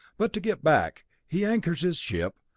but to get back, he anchors his ship,